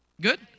Good